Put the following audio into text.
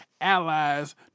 allies